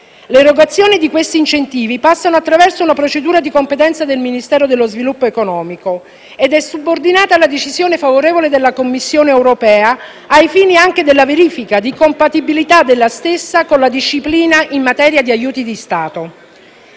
L'erogazione di questi incentivi passa attraverso una procedura di competenza del Ministero dello sviluppo economico, ed è subordinata alla decisione favorevole della Commissione europea ai fini anche della verifica di compatibilità della stessa con la disciplina in materia di aiuti di Stato.